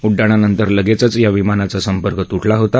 उड्डाणानंतर लगेचच या विमानाचा संपर्क तुटला होता